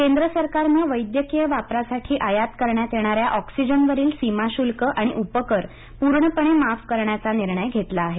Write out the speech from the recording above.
केंद्र सरकारनं वैद्यकीय वापरासाठी आयात करण्यात येणाऱ्या ऑक्सिजनवरील सीमाशुल्क आणि उपकर पूर्णपणे माफ करण्याचा निर्णय घेतला आहे